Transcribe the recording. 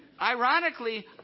Ironically